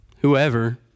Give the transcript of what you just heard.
whoever